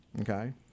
okay